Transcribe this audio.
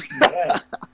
Yes